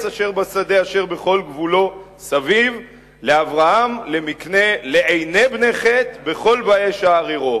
אשר בשדה אשר בכל גבלו סביב לאברהם למקנה לעיני בני חת בכל באי שער עירו.